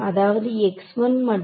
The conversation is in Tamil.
அதாவது மற்றும்